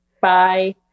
bye